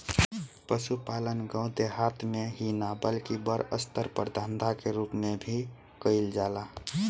पसुपालन गाँव देहात मे ही ना बल्कि बड़ अस्तर पर धंधा के रुप मे भी कईल जाला